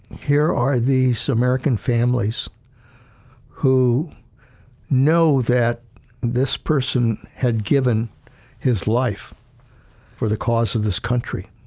here are these american families who know that this person had given his life for the cause of this country.